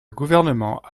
gouvernement